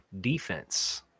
defense